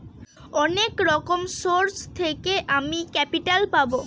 অনেক রকম সোর্স থেকে আমি ক্যাপিটাল পাবো